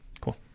cool